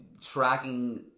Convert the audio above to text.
tracking